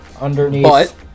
underneath